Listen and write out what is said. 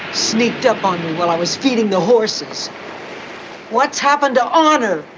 sneaked up on me while i was feeding the horses what's happened to honor?